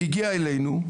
הגיעה אלינו,